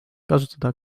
kasutada